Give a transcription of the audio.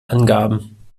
angaben